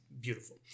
beautiful